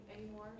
anymore